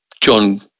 John